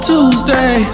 Tuesday